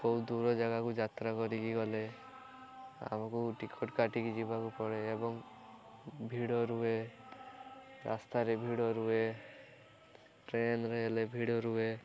ବହୁତ ଦୂର ଜାଗାକୁ ଯାତ୍ରା କରିକି ଗଲେ ଆମକୁ ଟିକଟ କାଟିକି ଯିବାକୁ ପଡ଼େ ଏବଂ ଭିଡ଼ ରୁହେ ରାସ୍ତାରେ ଭିଡ଼ ରୁହେ ଟ୍ରେନରେ ହେଲେ ଭିଡ଼ ରୁହେ